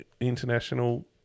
international